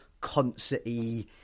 concert-y